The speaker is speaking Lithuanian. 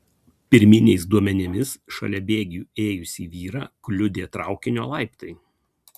pirminiais duomenimis šalia bėgių ėjusį vyrą kliudė traukinio laiptai